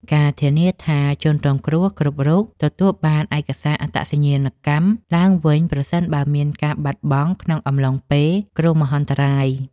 ការធានាថាជនរងគ្រោះគ្រប់រូបទទួលបានឯកសារអត្តសញ្ញាណកម្មឡើងវិញប្រសិនបើមានការបាត់បង់ក្នុងអំឡុងពេលគ្រោះមហន្តរាយ។